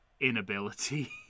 inability